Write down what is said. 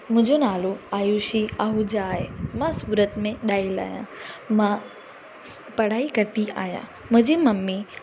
मुंहिंजो नालो आयुषी आहूजा आहे मां सूरत में ॼायल आहियां मां पढ़ाई कंदी आहियां मुंहिंजी ममी